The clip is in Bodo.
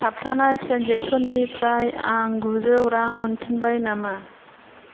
थाबथानाय ट्रेन्सेकसननिफ्राय आं गुजौ रां मोनफिनबाय नामा